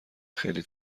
خیلی